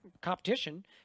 competition